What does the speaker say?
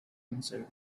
answered